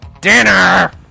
Dinner